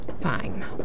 Fine